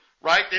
right